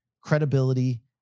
credibility